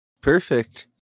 Perfect